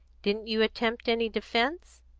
didn't you attempt any defence?